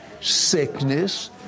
sickness